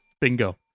Bingo